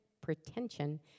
pretension